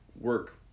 work